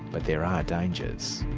but there are dangers.